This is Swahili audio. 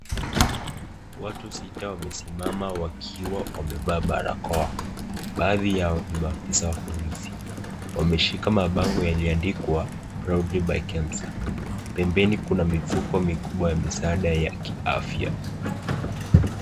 Watu sita wamesimama wakiwa wamevaa barakoa, baadhi yao ni maafisa wa polisi. Wameshika mabango yaliyoandikwa proudlt by kemsa . Pembenj kuna mofuko mikubwa ya misaada ya kiafya.